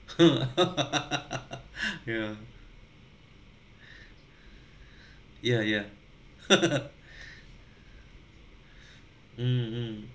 yeah yeah yeah mm mm